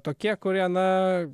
tokie kurie na